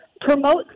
promote